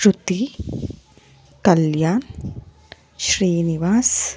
Shruti Kalyan Srinivas